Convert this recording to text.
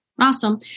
Awesome